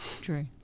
True